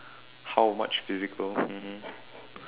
how much physical mmhmm